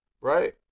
right